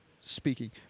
speaking